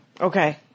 Okay